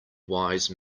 wise